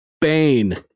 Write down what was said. Bane